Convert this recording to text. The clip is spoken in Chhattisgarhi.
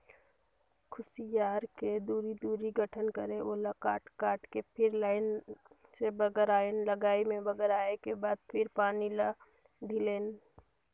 खुसियार के दूरी, दूरी गठन करके ओला काट काट के फिर लाइन से बगरायन लाइन में बगराय के बाद फिर पानी ल ढिलेन